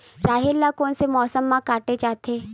राहेर ल कोन से मौसम म काटे जाथे?